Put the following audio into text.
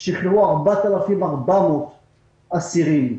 באתיופיה שחררו 4,400 אסירים,